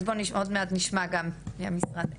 אז בוא, עוד מעט אנחנו נשמע גם ממשרד הפנים.